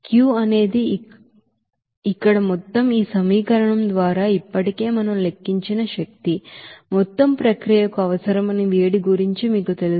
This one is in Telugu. Q అనేది ఇక్కడ మొత్తం ఈ సమీకరణం ద్వారా ఇప్పటికే మనం లెక్కించిన శక్తి మొత్తం ప్రక్రియకు అవసరమైన వేడిగురించి మీకు తెలుసు